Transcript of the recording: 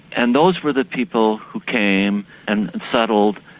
and those were the people who came and settled,